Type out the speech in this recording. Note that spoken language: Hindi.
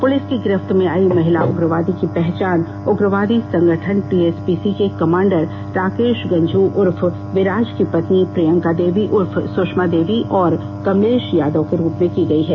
पुलिस की गिरफ्त में आई महिला उग्रवादी की पहचान उग्रवादी संगठन टीएसपीसी के कमांडर राकेश गंझू उर्फ विराज की पत्नी प्रियंका देवी उर्फ सुषमा देवी और कमलेश यादव के रूप में की गई है